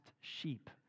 sheep